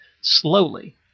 slowly